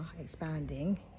expanding